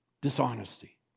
dishonesty